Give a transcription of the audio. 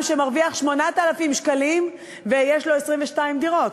שמרוויח 8,000 שקלים ויש לו 22 דירות,